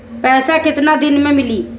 पैसा केतना दिन में मिली?